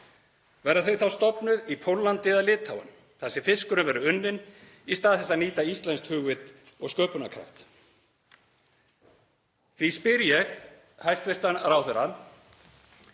Verða þau þá stofnuð í Póllandi eða Litáen, þar sem fiskurinn verður unninn, í stað þess að nýta íslenskt hugvit og sköpunarkraft? Því spyr ég hæstv. ráðherra: